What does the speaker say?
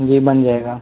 जी बन जाएगा